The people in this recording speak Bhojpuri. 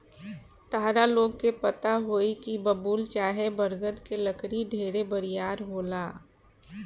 ताहरा लोग के पता होई की बबूल चाहे बरगद के लकड़ी ढेरे बरियार होला